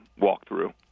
walkthrough